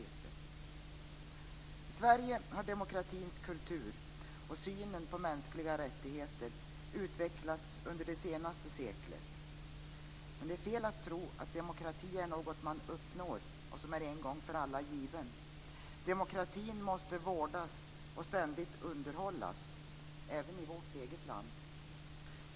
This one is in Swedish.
I Sverige har demokratins kultur och synen på mänskliga rättigheter utvecklats under det senaste seklet, men det är fel att tro att demokrati är något som man uppnår och som sedan är en gång för alla givet. Demokratin måste vårdas och ständigt underhållas, även i vårt eget land.